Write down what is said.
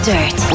Dirt